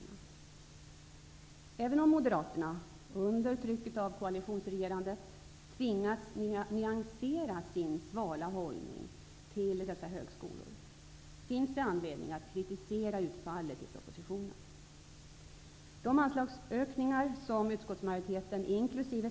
Även om Moderaterna, under trycket av koalitionsregerandet, tvingats nyansera sin svala hållning till dessa högskolor, finns det anledning att kritisera utfallet i propositionen.